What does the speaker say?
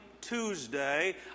Tuesday